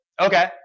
Okay